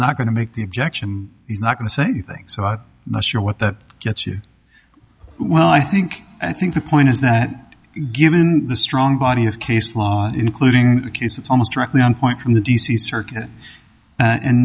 not going to make the objection he's not going to say things so i'm not sure what that gets you well i think i think the point is that given the strong body of case law including cases almost directly on point from the d c circuit and